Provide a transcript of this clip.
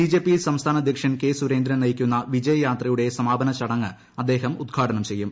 BJP സംസ്ഥാന അധ്യക്ഷൻ K Surendran നയിക്കുന്ന വിജയയാത്രയുടെ സമാപന ചടങ്ങ് അദ്ദേഹം ഉദ്ഘാടനം ചെയ്യും